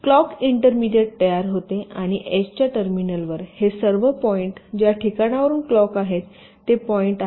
तर clock intermediate तयार होते आणि एचच्या टर्मिनलवर हे सर्व पॉईंट ज्या ठिकाणाहून क्लॉक आहेत ते पॉईंट आहेत